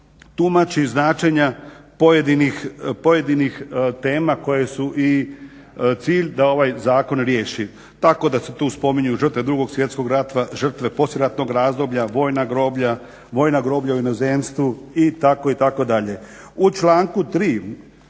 tumači značenja pojedinih tema koje su i cilj da ovaj zakon riješi tako da se tu spominju žrtve Drugog svjetskog rata, žrtve poslijeratnog razdoblja, vojna groblja, vojna groblja u inozemstvu itd. U članku 3.